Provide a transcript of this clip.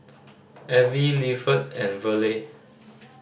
Avie and Verle